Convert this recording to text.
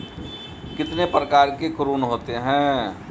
कितने प्रकार के ऋण होते हैं?